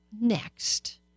Next